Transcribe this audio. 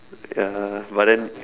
ya but then